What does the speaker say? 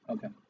Okay